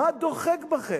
מה דוחק בכם?